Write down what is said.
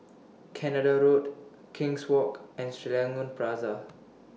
Canada Road King's Walk and Serangoon Plaza